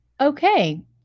okay